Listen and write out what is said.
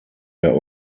der